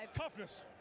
toughness